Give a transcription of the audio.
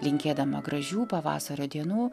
linkėdama gražių pavasario dienų